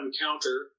encounter